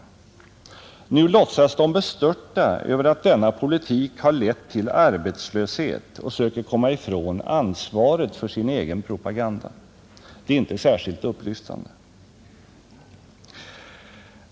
Nu låtsas de bestörta över att denna politik har lett till arbetslöshet och försöker komma ifrån ansvaret för sin egen propaganda. Det är inte särskilt upplyftande.